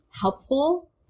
helpful